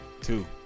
two